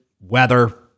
weather